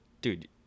dude